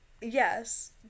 Yes